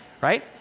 right